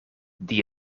die